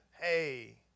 hey